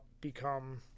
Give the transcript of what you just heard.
become